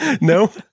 No